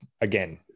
again